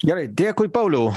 gerai dėkui pauliau